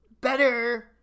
better